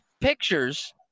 pictures